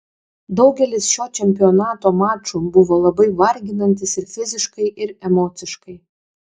daugelis šio čempionato mačų buvo labai varginantys ir fiziškai ir emociškai